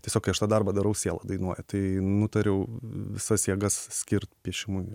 tiesiog kai aš tą darbą darau siela dainuoja tai nutariau visas jėgas skirt piešimui